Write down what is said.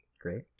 Great